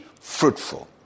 fruitful